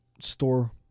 store